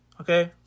Okay